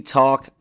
talk